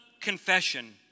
confession